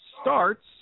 starts